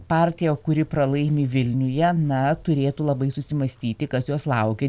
partija kuri pralaimi vilniuje na turėtų labai susimąstyti kas jos laukia